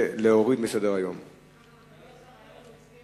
זה הצעת שר